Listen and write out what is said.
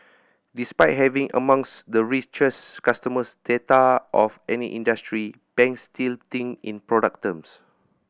despite having amongst the customer data of any industry banks still think in product terms